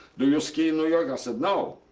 do you ski in new york? i said, no.